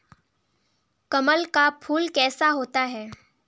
कमल का फूल कैसा होता है?